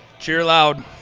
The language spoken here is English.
cheer loud.